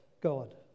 God